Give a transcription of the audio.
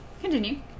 Continue